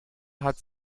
hat